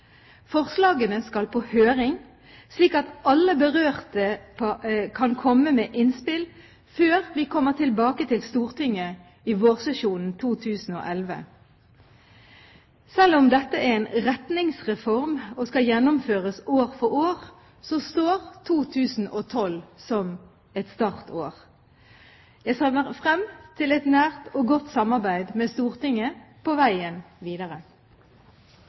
Forslagene skal på høring, slik at alle berørte kan komme med innspill før vi kommer tilbake til Stortinget i vårsesjonen 2011. Selv om dette er en retningsreform og skal gjennomføres år for år, så står 2012 som et startår. Jeg ser frem til et nært og godt samarbeid med Stortinget på veien videre.